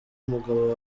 umugabo